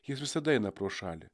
jis visada eina pro šalį